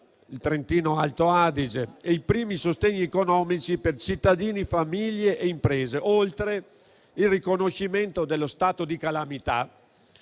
il Trentino-Alto Adige e i primi sostegni economici per cittadini, famiglie e imprese, oltre al riconoscimento dello stato di calamità